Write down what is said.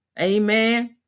amen